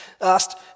asked